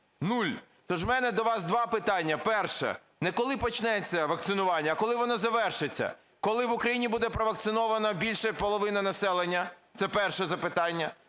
нуль! Тож у мене до вас два питання. Перше. Не коли почнеться вакцинування, а коли воно завершиться? Коли в Україні буде провакциновано більше половини населення? Це перше запитання.